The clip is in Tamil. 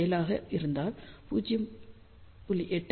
7 ஆக இருந்தால் 0